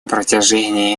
протяжении